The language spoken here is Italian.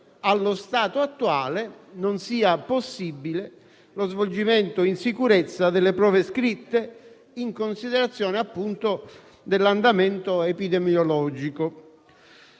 allo stato attuale, non sia possibile l'esecuzione in sicurezza delle prove scritte in considerazione, appunto, dell'andamento epidemiologico.